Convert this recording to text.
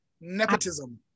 Nepotism